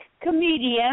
comedian